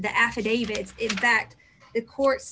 the affidavits that the court